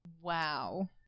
Wow